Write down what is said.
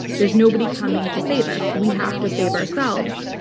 there's nobody coming to save us. we have to save ourselves.